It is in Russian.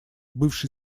бывший